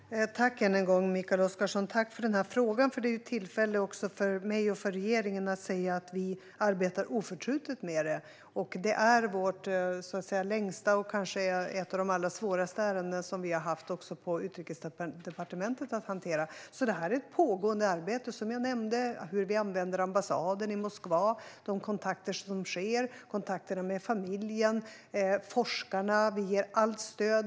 Herr talman! Tack än en gång, Mikael Oscarsson, för den här frågan, som är ett tillfälle för mig och regeringen att säga att vi arbetar oförtrutet med detta, som är vårt längsta och kanske ett av de allra svåraste ärenden som vi har haft att hantera på Utrikesdepartementet. Det här är ett pågående arbete. Jag har nämnt hur vi använder ambassaden i Moskva och hur kontakter sker med familjen och forskarna. Vi ger allt stöd.